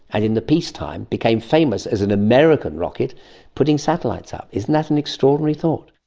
and in the peace time became famous as an american rocket putting satellites up. isn't that an extraordinary thought?